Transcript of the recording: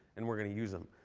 and we're going to use them.